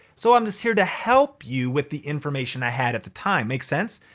so i'm just here to help you with the information i had at the time. makes sense?